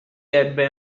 ebbe